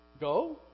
Go